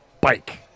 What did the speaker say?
bike